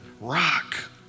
Rock